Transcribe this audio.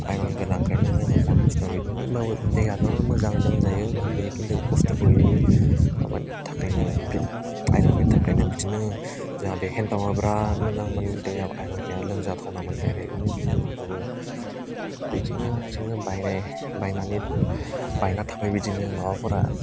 iron गोनांखायनो जोङो बहुथ खस्थ' बिदिनो होमबाबो दैया मोजां लोंजायो माजायो खिन्थु खस्थ'बो मोनो माबानि थाखायनो बे आयरननि थाखायनो बिदिनो जाहा बे हेन्ड पाम्पआ बिराथ मोजांमोन दैयाबो आयरन गैया लोंजाथावनामोन दाइरेकमोन खिन्थु होमबाबो बिदिनो हारसिंनो बायनाय बायनानै बायना थाफायो बिदिनो माबाफोरा